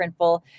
Printful